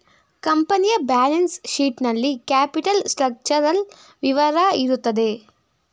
ಕಂಪನಿಯ balance sheet ನಲ್ಲಿ capital structural ವಿವರ ಇರುತ್ತೆ